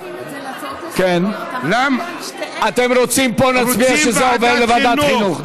אתם רוצים להצביע פה שזה עובר לוועדת חינוך?